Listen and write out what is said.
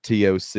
toc